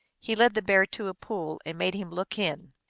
he led the bear to a pool and made him look in.